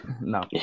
No